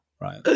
right